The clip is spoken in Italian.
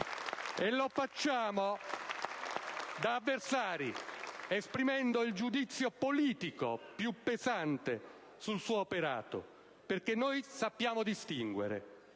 E lo facciamo da avversari, esprimendo il giudizio politico più pesante sul suo operato. Perché noi sappiamo distinguere.